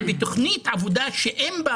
ובתוכנית עבודה שאין בה